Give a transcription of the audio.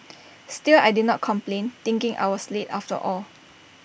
still I did not complain thinking I was late after all